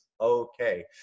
okay